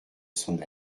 son